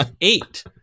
eight